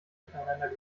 miteinander